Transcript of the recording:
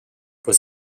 was